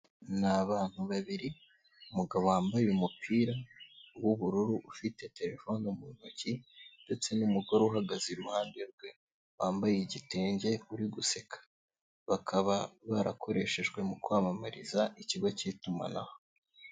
Ni abantu babiri, umugabo wambaye umupira w'ubururu ufite telefone mu ntoki ndetse n'umugore uhagaze iruhande rwe wambaye igitenge uri guseka, bakaba barakoreshejwe mu kwamamariza ikigo cy'itumanaho.